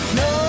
no